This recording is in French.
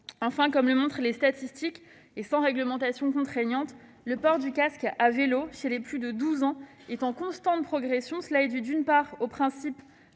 Enfin, comme le montrent les statistiques, sans réglementation contraignante, le port du casque à vélo chez les plus de 12 ans est en constante progression. C'est dû, d'une part, au principe